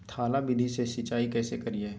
थाला विधि से सिंचाई कैसे करीये?